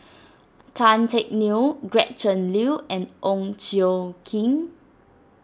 Tan Teck Neo Gretchen Liu and Ong Tjoe Kim